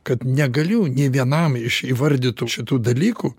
kad negaliu nė vienam iš įvardytų šitų dalykų